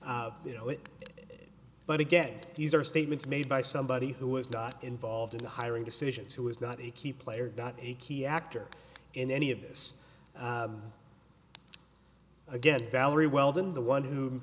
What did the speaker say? that you know it but again these are statements made by somebody who is not involved in the hiring decisions who is not a key player a key actor in any of this again valerie weldon the one who